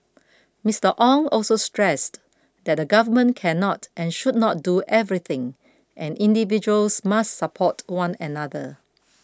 Mister Ong also stressed that the Government cannot and should not do everything and individuals must support one another